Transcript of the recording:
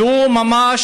והוא ממש,